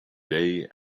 day